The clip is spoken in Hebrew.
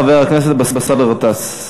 חבר הכנסת באסל גטאס.